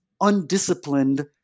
undisciplined